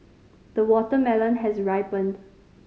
the watermelon has ripened